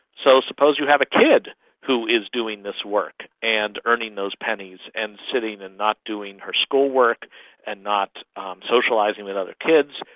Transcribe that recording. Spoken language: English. so suppose you have a kid who is doing this work and earning those pennies and sitting and not doing her school work and not socialising with other kids,